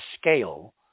scale